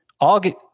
August